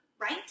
right